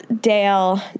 Dale